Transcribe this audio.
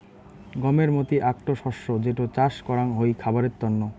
গমের মতি আকটা শস্য যেটো চাস করাঙ হই খাবারের তন্ন